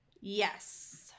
Yes